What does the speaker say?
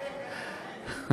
אתה יודע, הוא